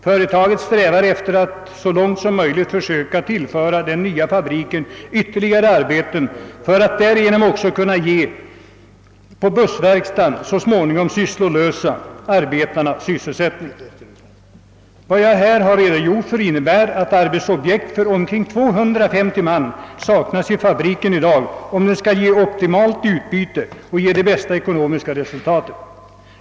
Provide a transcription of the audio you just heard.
Företaget strävar efter att så långt som möjligt försöka tillföra den nya fabriken ytterligare arbeten för att därigenom också kunna ge sysselsättning åt på bussverkstaden så småningom sysslolösa arbetare. Vad jag här redogjort för innebär att arbetsobjekt för omkring 250 man saknas vid fabriken i dag, om den skall ge optimalt utbyte och det bästa ekonomiska resultatet.